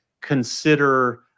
consider